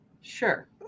Sure